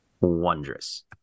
Wondrous